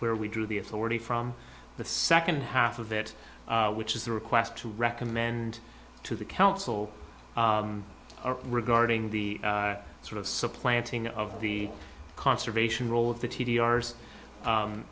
where we drew the authority from the second half of it which is the request to recommend to the council or regarding the sort of supplanting of the conservation role of the